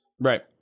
Right